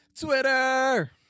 twitter